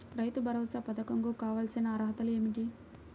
రైతు భరోసా పధకం కు కావాల్సిన అర్హతలు ఏమిటి?